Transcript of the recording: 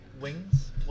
Wings